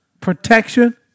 protection